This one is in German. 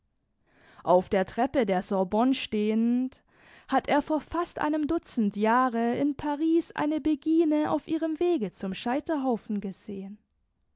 auf der treppe der sorbonne stehend hat er vor fast einem dutzend jahre in paris eine begine auf ihrem wege zum scheiterhaufen gesehen